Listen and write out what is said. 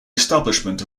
establishment